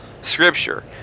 scripture